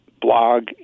blog